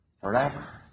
Forever